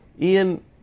Ian